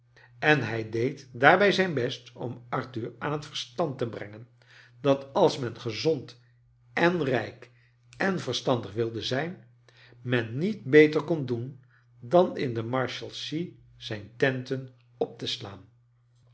en hij deed daarbij zijn best om arthur aan het verstand te brengen dat als men gezond en rijk en verstandig wilde zijn men niet beter kon doen dan in de marshalsea zijn tenten op te slaan